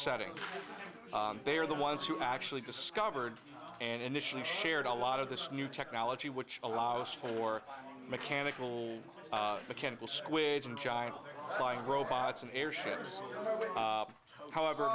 setting they are the ones who actually discovered and initially shared a lot of this new technology which allows for mechanical mechanical squibs and giant robots and airships however